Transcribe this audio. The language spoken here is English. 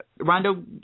Rondo